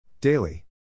Daily